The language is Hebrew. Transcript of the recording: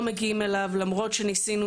לא מגיעים אליו למרות שניסינו,